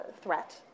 Threat